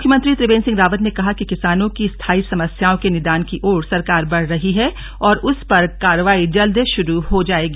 मुख्यमंत्री त्रिवेंद्र सिंह रावत ने कहा कि किसानों की स्थाई समस्याओं के निदान की ओर सरकार बढ़ रही है और उस पर कार्यवाही जल्द शुरू हो जाएगी